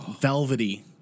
Velvety